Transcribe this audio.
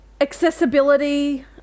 Accessibility